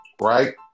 Right